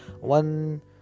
one